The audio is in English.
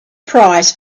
price